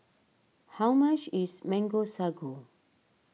how much is Mango Sago